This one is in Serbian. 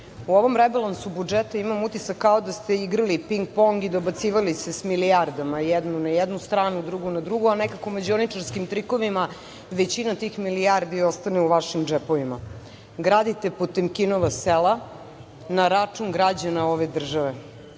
u ovom rebalansu budžeta imam utisak kao da ste igrali ping-pong i dobacivali se sa milijardama, jednu na jednu stranu, drugu na drugu, a nekako mađioničarskim trikovima većina tih milijardi ostane u vašim džepovima. Gradite Potemkinova sela na račun građana ove države.